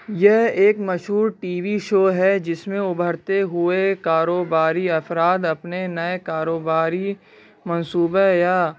یہ ایک مشہور ٹی وی شو ہے جس میں ابھرتے ہوئے کاروباری افراد اپنے نئے کاروباری منصوبہ یا